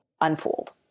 unfold